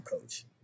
coach